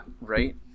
Right